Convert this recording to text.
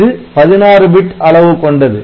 இது 16 பிட் அளவு கொண்டது